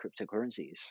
cryptocurrencies